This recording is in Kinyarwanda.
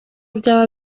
byaba